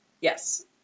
Yes